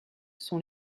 sont